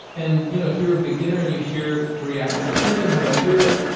and you know if you're a beginner and you hear react to the thing, how do i do it?